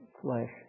flesh